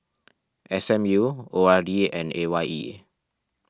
S M U O R D and A Y E